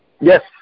Yes